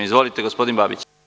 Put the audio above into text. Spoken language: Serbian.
Izvolite, gospodin Babić.